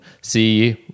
see